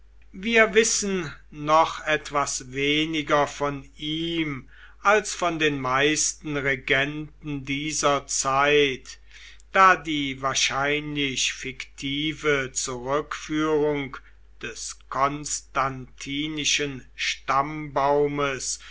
wir wissen noch etwas weniger von ihm als von den meisten regenten dieser zeit da die wahrscheinlich fiktive zurückführung des